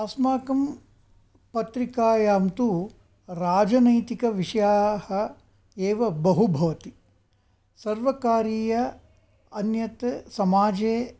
अस्माकं पत्रिकायां तु राजनैतिकविषयाः एव बहु भवति सर्वकारीय अन्यत् समाजे